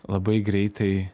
labai greitai